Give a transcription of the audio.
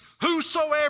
Whosoever